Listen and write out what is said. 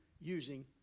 using